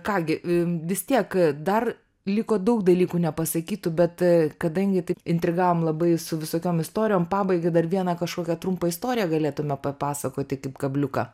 ką gi vis tiek dar liko daug dalykų nepasakytų bet kadangi tai intrigavo labai su visokiom istorijom pabaiga dar vieną kažkokią trumpą istoriją galėtumėme papasakoti kaip kabliuką